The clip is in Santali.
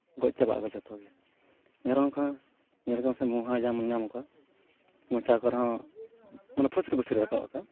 ᱜᱚᱡ ᱪᱟᱵᱟᱜᱼᱟ ᱠᱚ ᱡᱚᱛᱚ ᱜᱮ ᱢᱮᱨᱚᱢ ᱠᱚᱦᱚᱸ ᱧᱮᱞ ᱠᱚᱢ ᱥᱮ ᱢᱚᱦᱟ ᱡᱟᱢ ᱧᱟᱢ ᱠᱚᱣᱟ ᱢᱚᱪᱟ ᱠᱚᱨᱮ ᱦᱚᱸ ᱢᱟᱱᱮ ᱯᱷᱩᱥᱨᱤ ᱯᱷᱩᱥᱨᱤ ᱨᱟᱠᱟᱵ ᱟᱠᱣᱟ